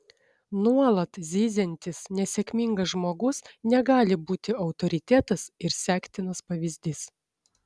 nuolat zyziantis nesėkmingas žmogus negali būti autoritetas ir sektinas pavyzdys